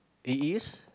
it is